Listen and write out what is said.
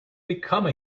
become